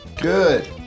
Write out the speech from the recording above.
Good